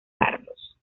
carlos